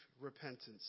repentance